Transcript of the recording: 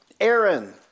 Aaron